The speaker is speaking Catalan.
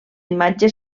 imatge